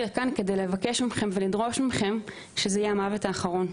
לכאן לבקש מכם ולדרוש מכם שזה יהיה המוות האחרון.